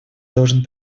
должен